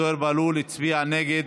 חבר הכנסת זוהיר בהלול הצביע נגד.